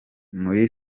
muri